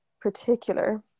particular